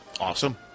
Awesome